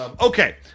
Okay